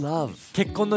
Love